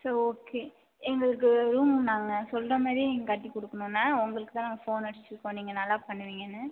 so okay எங்களுக்கு room நாங்கள் சொல்கிற மாதிரியே நீங்கள் கட்டிக் கொடுக்கணுண்ணே உங்களுக்கு தான் நாங்கள் ஃபோன் அடித்திருக்கோம் நீங்கள் நல்லா பண்ணுவீங்கன்னு